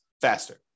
faster